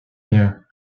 bien